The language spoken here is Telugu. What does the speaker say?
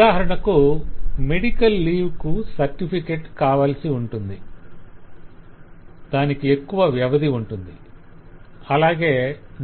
ఉదాహరణకు మెడికల్ లీవ్ కు సర్టిఫికేట్ కావాల్సి ఉంటుంది దానికి ఎక్కువ వ్యవధి ఉంటుందిఅలాగే